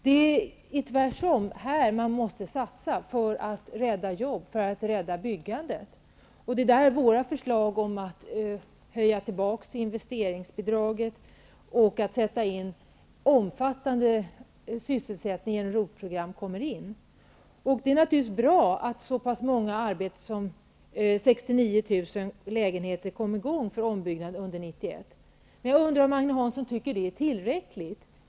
Det är tvärsom här man måste satsa för att rädda jobb, för att rädda byggandet. Det är där våra förslag om att höja tillbaka investeringsbidraget och att sätta in omfattande sysselsättning genom ROT-program kommer in. Det är naturligtvis bra att ombyggnad av så många som 69 000 lägenheter kom i gång under 1991. Men jag undrar om Agne Hansson tycker att det är tillräckligt.